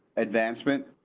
advancement.